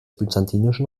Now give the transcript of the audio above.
byzantinischen